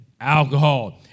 alcohol